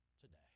today